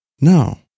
No